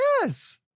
Yes